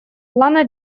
плана